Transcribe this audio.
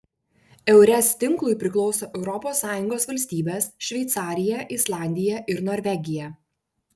eures tinklui priklauso europos sąjungos valstybės šveicarija islandija ir norvegija